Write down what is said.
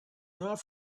not